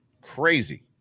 crazy